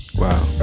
Wow